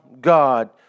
God